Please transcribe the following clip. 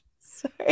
Sorry